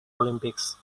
olympics